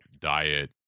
diet